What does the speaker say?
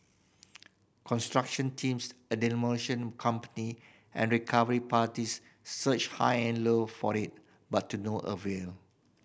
construction teams a demolition company and recovery parties searched high and low for it but to no avail